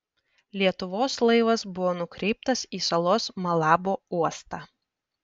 lietuvos laivas buvo nukreiptas į salos malabo uostą